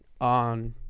on